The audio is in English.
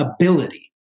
ability